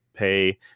Pay